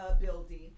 building